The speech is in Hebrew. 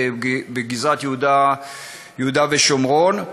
בגזרת יהודה ושומרון: